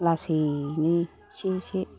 लासैनो एसे एसे